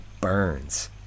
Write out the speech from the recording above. burns